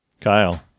Kyle